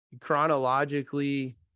chronologically